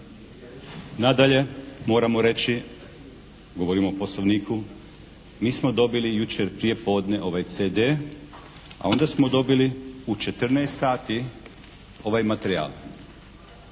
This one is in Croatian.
Nadalje moramo reći, govorimo o Poslovniku, mi smo dobili jučer prije podne ovaj CD a onda smo dobili u 14 sati ovaj materijal.